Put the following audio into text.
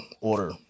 order